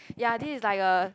ya this is like a